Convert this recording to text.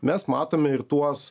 mes matome ir tuos